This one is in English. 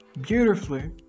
beautifully